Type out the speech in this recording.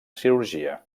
cirurgia